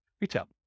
retail